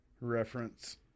reference